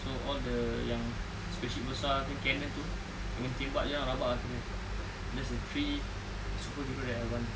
so all the yang spaceship besar punya cannon tu kena tembak jer rabak ah kena that's the three superhero that I want